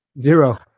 Zero